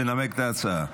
תנמק את ההצעה,